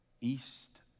east